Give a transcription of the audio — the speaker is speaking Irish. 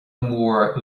mór